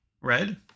red